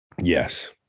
Yes